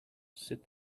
said